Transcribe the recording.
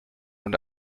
und